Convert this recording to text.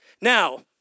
Now